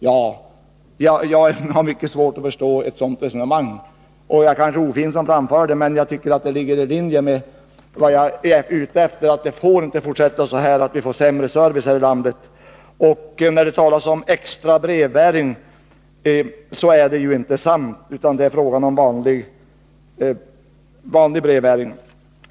Jag har mycket svårt att förstå ett sådant resonemang. Det är kanske ofint att framföra det som jag nu tar upp, men jag tycker att det ligger i linje med det syfte som jag har, nämligen att utvecklingen mot sämre service i vårt land inte får fortsätta. Talet om extra brevbäring är inte sant, utan det är här fråga om vanlig brevbäring.